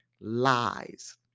lies